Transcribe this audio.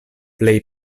plej